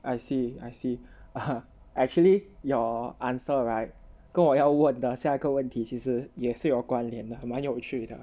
I see I see actually your answer right 跟我要问的下一个问题其实也是有关联的还蛮有趣的